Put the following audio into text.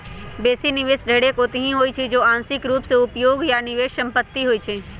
बेशी निवेश ढेरेक ओतहि होइ छइ जे आंशिक रूप से उपभोग आऽ निवेश संपत्ति होइ छइ